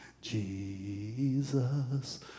jesus